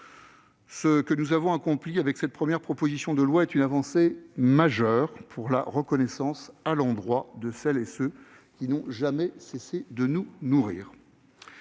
souvent André Chassaigne, cette première proposition de loi représente une avancée majeure pour la reconnaissance à l'endroit de celles et ceux qui n'ont jamais cessé de nous nourrir.